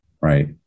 right